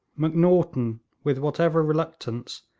macnaghten, with whatever reluctance,